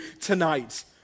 tonight